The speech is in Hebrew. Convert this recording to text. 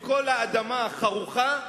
את כל האדמה החרוכה,